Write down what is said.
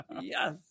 Yes